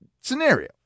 scenario